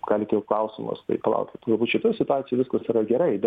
gali kilt klausimas tai palaukit jeigu šitoj situacijoj viskas yra gerai bet